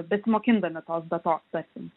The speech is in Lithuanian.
besimokindami tos datos tarkim